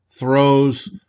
Throws